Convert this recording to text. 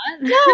No